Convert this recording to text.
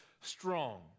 strong